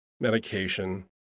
medication